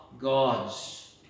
gods